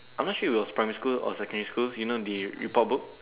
I'm not sure it was primary school or secondary school you know the report book